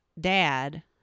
dad